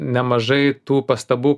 nemažai tų pastabų